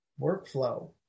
workflow